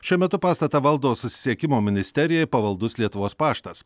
šiuo metu pastatą valdo susisiekimo ministerijai pavaldus lietuvos paštas